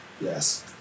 Yes